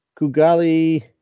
Kugali